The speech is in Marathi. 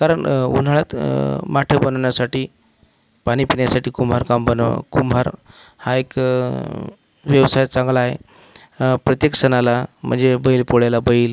कारण उन्हाळ्यात माठ बनवण्यासाठी पाणी पिण्यासाठी कुंभार काम बनं कुंभार हा एक व्यवसाय चांगला आहे प्रत्येक सणाला म्हणजे बैलपोळ्याला बैल